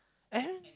and